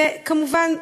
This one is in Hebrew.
וכמובן,